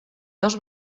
dos